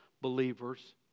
believers